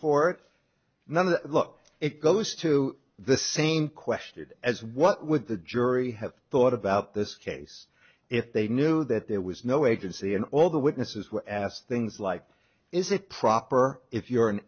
another look it goes to the same question as what with the jury have thought about this case if they knew that there was no agency and all the witnesses were asked things like is it proper if you're an